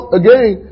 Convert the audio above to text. again